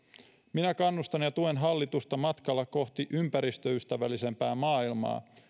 minä kannustan ja tuen hallitusta matkalla kohti ympäristöystävällisempää maailmaa